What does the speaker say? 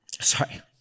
Sorry